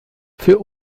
für